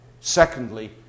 Secondly